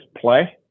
play